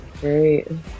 great